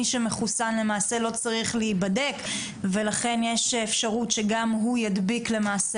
מי שמחוסן למעשה לא צריך להיבדק ולכן יש אפשרות שגם הוא ידביק למעשה